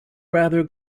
rather